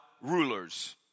rulers